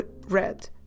Red